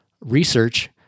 research